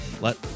let